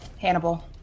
Hannibal